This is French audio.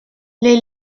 les